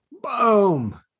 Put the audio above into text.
Boom